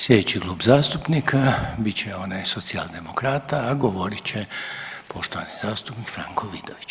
Sljedeći klub zastupnika bit će onaj Socijaldemokrata a govorit će poštovani zastupnik Franko Vidović.